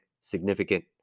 significant